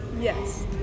Yes